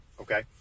Okay